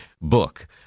book